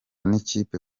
n’ikipe